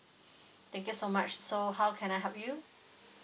thank you so much so how can I help you